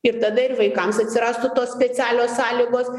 ir tada ir vaikams atsirastų tos specialios sąlygos